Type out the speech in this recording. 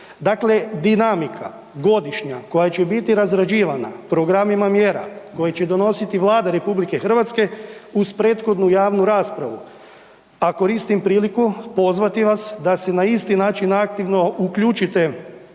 Dakle, dinamika godišnja koja će biti razrađivana programima mjera koje će donositi Vlada RH uz prethodnu javnu raspravu, a koristim priliku pozvati vas da se na isti način aktivno uključite